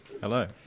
Hello